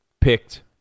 picked